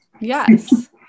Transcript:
yes